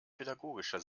pädagogischer